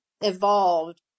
evolved